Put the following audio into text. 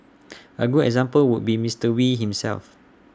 A good example would be Mister wee himself